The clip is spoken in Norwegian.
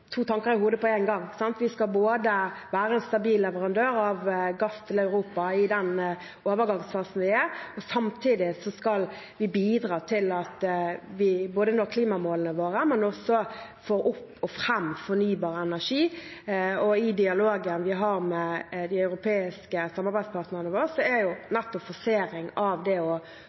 tanker i hodet på én gang. Vi skal være en stabil leverandør av gass til Europa i den overgangsfasen vi er i, samtidig som vi skal bidra til at vi både når klimamålene våre og får opp og fram fornybar energi. I dialogen vi har med de europeiske samarbeidspartnerne våre, er nettopp forsering av det å få fram fornybare energiformer en viktig del. Det jobber vi med både nasjonalt og